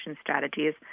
Strategies